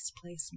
placement